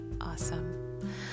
awesome